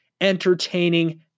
entertaining